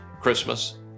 Christmas